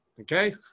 okay